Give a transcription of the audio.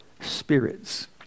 spirits